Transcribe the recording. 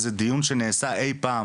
איזה דיון שנעשה אי פעם